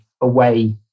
away